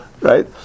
Right